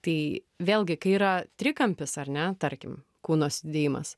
tai vėlgi kai yra trikampis ar ne tarkim kūno sudėjimas